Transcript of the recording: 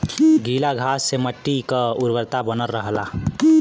गीला घास से मट्टी क उर्वरता बनल रहला